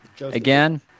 again